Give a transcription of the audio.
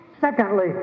Secondly